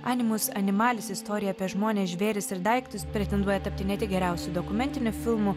animus animalis istorija apie žmones žvėris ir daiktus pretenduoja tapti ne tik geriausiu dokumentiniu filmu